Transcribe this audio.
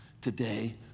today